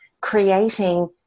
creating